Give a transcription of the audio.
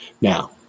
Now